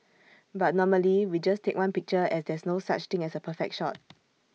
but normally we just take one picture as there's no such thing as A perfect shot